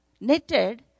knitted